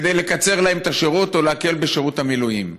כדי לקצר להם את השירות או להקל בשירות המילואים.